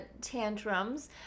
tantrums